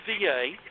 VA